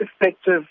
effective